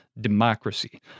democracy